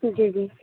جی جی